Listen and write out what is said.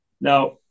Now